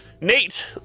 Nate